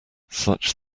such